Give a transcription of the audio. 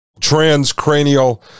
transcranial